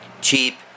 cheap